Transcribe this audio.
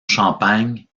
champagne